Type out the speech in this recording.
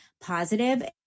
positive